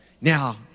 Now